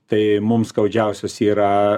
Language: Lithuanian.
tai mum skaudžiausios yra